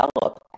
develop